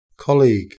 Colleague